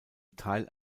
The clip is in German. teil